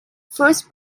first